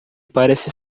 parece